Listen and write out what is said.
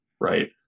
right